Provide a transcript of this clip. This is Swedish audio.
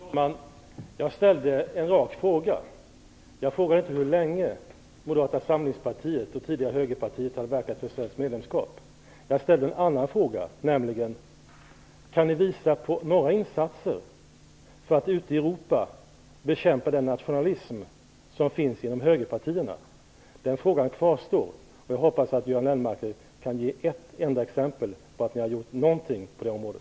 Fru talman! Jag ställde en rak fråga. Jag frågade inte hur länge Moderata samlingspartiet och tidigare Högerpartiet hade verkat för ett svenskt medlemskap. Jag frågade: Kan ni visa på några insatser som ni har gjort för att ute i Europa bekämpa den nationalism som finns inom högerpartierna? Den frågan kvarstår, och jag hoppas att Göran Lennmarker kan ge ett enda exempel på att Moderata samlingspartiet har gjort någonting på det området.